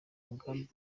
mugambi